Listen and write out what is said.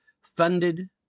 funded